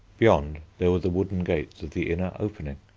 beyond, there were the wooden gates of the inner opening.